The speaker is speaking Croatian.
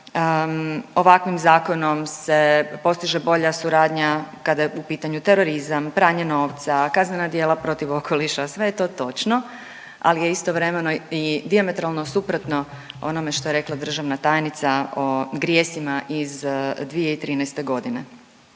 ovakvim zakonom se postiže bolja suradnja kada je u pitanju terorizam, pranje novca, kaznena djela protiv okoliša, sve je to točno, ali je istovremeno i dijametralno suprotno onome što je rekla državna tajnica o grijesima iz 2013. g.